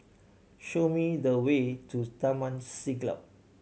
show me the way to Taman Siglap